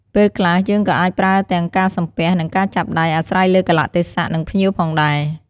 ពេលខ្លះយើងក៏អាចប្រើទាំងការសំពះ និងការចាប់ដៃ អាស្រ័យលើកាលៈទេសៈ និងភ្ញៀវផងដែរ។